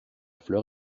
fleur